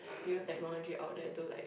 new technology out there to like